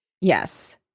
Yes